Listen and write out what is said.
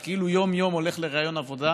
אתה כאילו יום-יום הולך לריאיון עבודה.